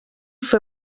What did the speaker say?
fer